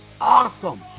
awesome